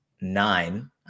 nine